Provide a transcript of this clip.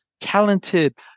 talented